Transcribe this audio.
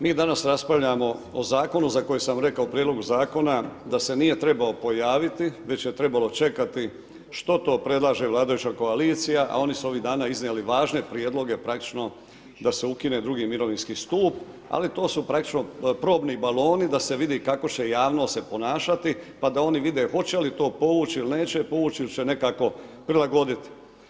Mi danas raspravljamo o Zakonu za koji sam rekao u prijedlogu Zakona da se nije trebao pojaviti već je trebalo čekati što to predlaže vladajuća koalicija, a oni su ovih dana iznijeli važne prijedloge, praktično da se ukine drugi mirovinski stup, ali to su praktično probni baloni da se vidi kako će javnost se ponašati, pa da oni vide hoće li to povući ili neće povući il će nekako prilagoditi.